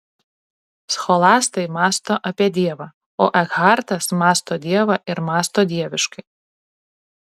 scholastai mąsto apie dievą o ekhartas mąsto dievą ir mąsto dieviškai